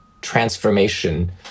transformation